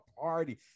party